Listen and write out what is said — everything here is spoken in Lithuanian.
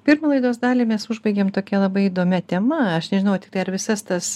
pirmą laidos dalį mes užbaigėm tokia labai įdomia tema aš nežinau a tiktai ar visas tas